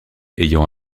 ayant